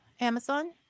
Amazon